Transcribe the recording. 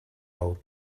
old